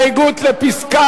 אני רוצה